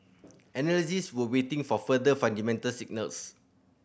analysts were waiting for further fundamental signals